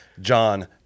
John